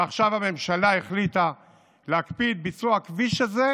ועכשיו הממשלה החליטה להקפיא את ביצוע הכביש הזה,